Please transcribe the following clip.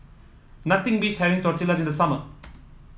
nothing beats having Tortilla in the summer